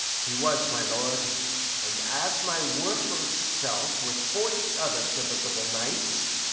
he was, my lord and as my worthless self with forty other serviceable knights,